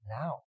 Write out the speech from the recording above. Now